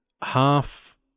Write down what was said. half